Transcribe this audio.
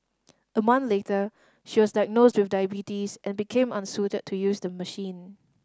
a month later she was diagnosed with diabetes and became unsuited to use the machine